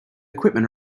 equipment